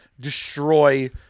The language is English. destroy